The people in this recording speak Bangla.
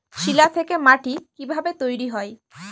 শিলা থেকে মাটি কিভাবে তৈরী হয়?